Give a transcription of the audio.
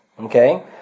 Okay